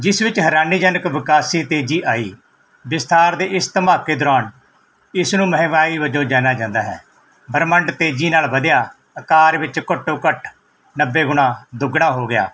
ਜਿਸ ਵਿੱਚ ਹੈਰਾਨੀਜਨਕ ਵਿਕਾਸੀ ਤੇਜ਼ੀ ਆਈ ਵਿਸਥਾਰ ਦੇ ਇਸ ਧਮਾਕੇ ਦੌਰਾਨ ਇਸ ਨੂੰ ਮਹਿਵਾਈ ਵਜੋਂ ਜਾਣਿਆ ਜਾਂਦਾ ਹੈ ਬ੍ਰਹਿਮੰਡ ਤੇਜ਼ੀ ਨਾਲ ਵਧਿਆ ਆਕਾਰ ਵਿੱਚ ਘੱਟੋ ਘੱਟ ਨੱਬੇ ਗੁਣਾ ਦੁੱਗਣਾ ਹੋ ਗਿਆ